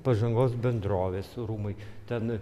pažangos bendrovės rūmai ten